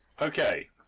Okay